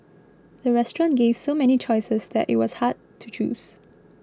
the restaurant gave so many choices that it was hard to choose